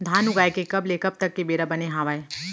धान उगाए के कब ले कब तक के बेरा बने हावय?